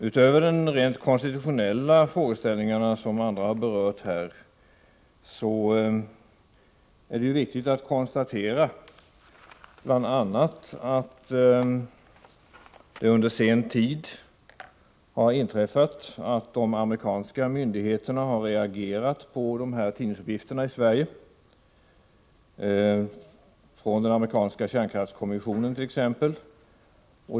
Utöver de rent konstitutionella frågeställningarna, som andra har berört här, är det viktigt att konstatera att under senare tid de amerikanska myndigheterna, och t.ex. den amerikanska kärnkraftskommissionen, har reagerat på dessa tidningsuppgifter i Sverige.